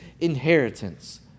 inheritance